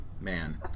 man